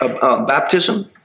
baptism